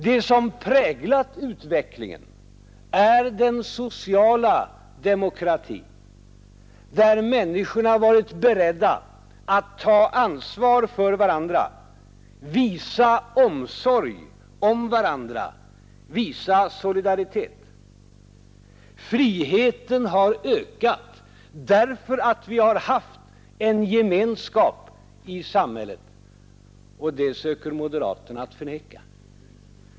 Det som präglat utvecklingen är den sociala demokratin, där människorna varit beredda att ta ansvar för varandra, visa omsorg om varandra, visa solidaritet. Friheten har ökat därför att vi haft en gemenskap i samhället. Det söker moderaterna förneka.